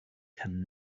can